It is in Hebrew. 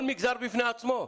כל מגזר בפני עצמו.